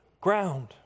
ground